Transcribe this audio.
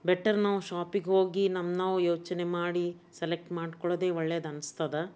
better ನಾವು ಶಾಪಿಗೆ ಹೋಗಿ ನಮ್ಮ ನಾವು ಯೋಚನೆ ಮಾಡಿ ಸೆಲೆಕ್ಟ್ ಮಾಡ್ಕೊಳ್ಳೊದೇ ಒಳ್ಳೇದು ಅನ್ನಿಸ್ತದೆ